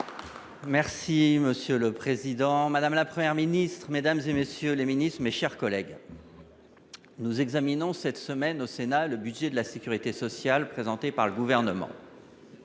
Monsieur le président, madame la Première ministre, mesdames, messieurs les ministres, mes chers collègues, nous examinons cette semaine le budget de la sécurité sociale. Le Gouvernement